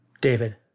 David